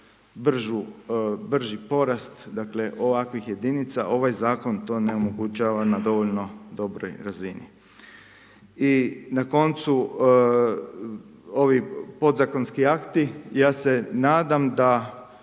brži porat ovakvih jedinica, ovaj zakon to omogućava na dovoljno dobroj razini. I na koncu ovi podzakonski akti, ja se nadam da